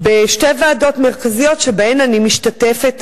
בשתי ועדות מרכזיות שבהן אני משתתפת.